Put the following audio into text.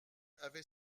avait